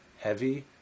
heavy